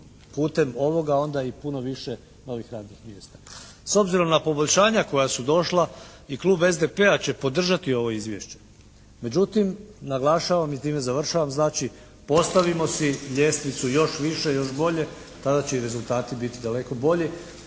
putem ovoga onda i puno više novih radnih mjesta. S obzirom na poboljšanja koja su došla i klub SDP-a će podržati ovo izvješće, međutim naglašavam i s time završavam. Znači postavimo si ljestvicu još više i još bolje, tada će i rezultati biti daleko bolji